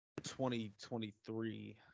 2023